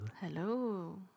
Hello